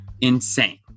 insane